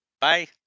Bye